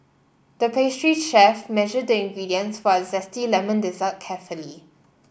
the pastry chef measured the ingredients for a zesty lemon dessert carefully